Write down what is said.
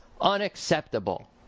unacceptable